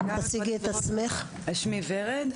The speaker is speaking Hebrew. שמי ורד,